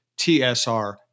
TSR